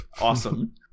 Awesome